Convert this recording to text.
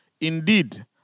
Indeed